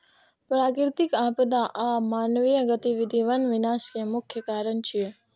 प्राकृतिक आपदा आ मानवीय गतिविधि वन विनाश के मुख्य कारण छियै